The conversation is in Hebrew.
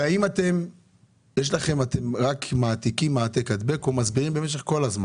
והאם אתם עושים רק העתק-הדבק או מסבירים כל הזמן?